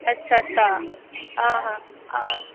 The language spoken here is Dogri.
अच्छा अच्छा आं हां हां